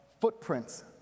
footprints